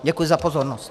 Děkuji za pozornost.